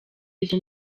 izo